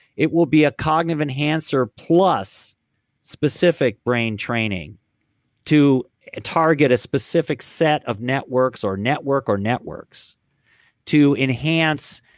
it will be a cognitive enhancer plus specific brain training to ah target a specific set of networks or network or networks to enhance,